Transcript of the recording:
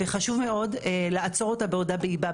וחשוב מאוד לעצור אותה בעודה באיבה.